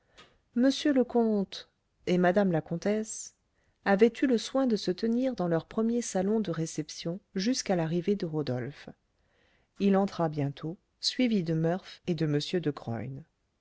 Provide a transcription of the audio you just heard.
m le comte et mme la comtesse avaient eu le soin de se tenir dans leur premier salon de réception jusqu'à l'arrivée de rodolphe il entra bientôt suivi de murph et de m de